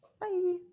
bye